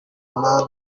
munani